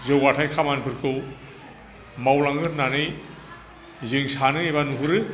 जौगाथाय खामानिफोरखौ मावलांनो होननानै जों सानो एबा नुहरो